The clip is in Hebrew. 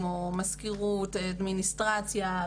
כמו אדמיניסטרציה,